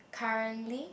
currently